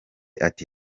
ati